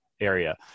area